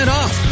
off